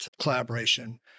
collaboration